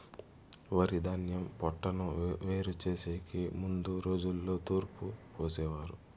వరిధాన్యం పొట్టును వేరు చేసెకి ముందు రోజుల్లో తూర్పు పోసేవారు